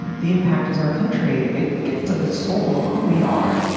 the impact is our country. it gets to the soul of who we are.